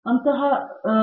professor